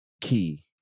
Key